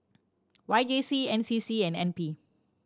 Y J C N C C and N P